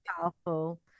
powerful